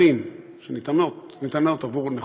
שניתנות עבור נכות,